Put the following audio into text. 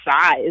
size